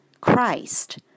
Christ